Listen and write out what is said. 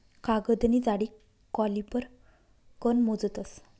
कागदनी जाडी कॉलिपर कन मोजतस